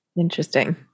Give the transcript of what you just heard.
Interesting